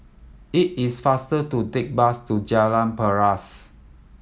it is faster to take bus to Jalan Paras